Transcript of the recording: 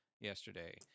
yesterday